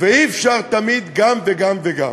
ואי-אפשר תמיד גם וגם וגם.